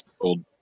old